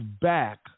back